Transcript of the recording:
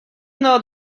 know